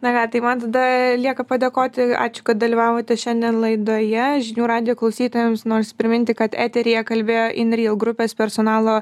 na ką tai man tada lieka padėkoti ačiū kad dalyvavote šiandien laidoje žinių radijo klausytojams noris priminti kad eteryje kalbėjo inreal grupės personalo